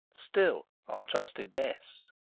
still are trusted best.